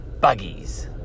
buggies